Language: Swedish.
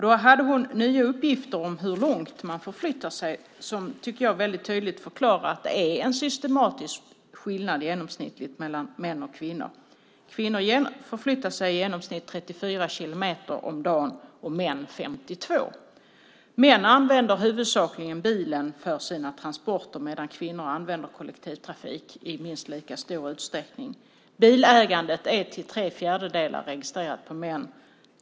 Då hade hon nya uppgifter om hur långt man förflyttar sig, som jag tycker mycket tydligt förklarar att det är en systematisk skillnad, genomsnittligt, mellan män och kvinnor. Kvinnor förflyttar sig i genomsnitt 34 kilometer om dagen och män 52. Män använder huvudsakligen bilen för sina transporter medan kvinnor använder kollektivtrafiken i minst lika stor utsträckning. Bilägandet är till tre fjärdedelar registrerat på män.